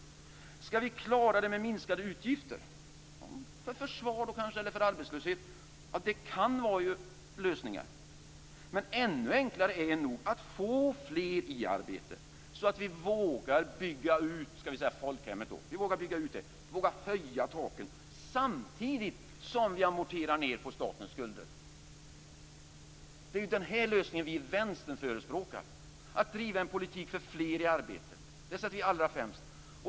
Att klara det med minskade utgifter för försvaret eller för arbetslösheten kan vara en lösning, men ännu enklare är nog att få fler i arbete, så att vi vågar bygga ut folkhemmet och höja taken, samtidigt som vi amorterar ned på statens skulder. Det är den här lösningen som vi i Vänstern förespråkar, att driva en politik för fler i arbete. Det sätter vi allra främst.